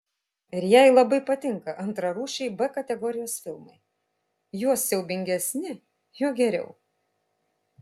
ir jai labai patinka antrarūšiai b kategorijos filmai juo siaubingesni juo geriau